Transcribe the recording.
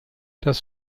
das